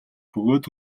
бөгөөд